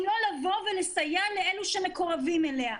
אם תהיה הפרעה הכי קטנה בשלב ההצבעה,